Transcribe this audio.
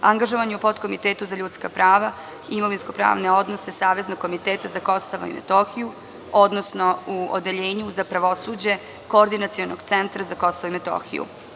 Angažovanje u Potkomitetu za ljudska prava i imovinsko-pravne odnose Saveznog komiteta za Kosovo i Metohiju, odnosno u Odeljenju za pravosuđe Koordinacionog centra za Kosovo i Metohiju.